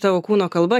tavo kūno kalba